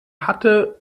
hatte